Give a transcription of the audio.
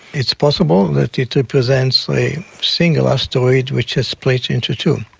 it's possible that it represents a single asteroid which has split into two,